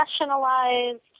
professionalized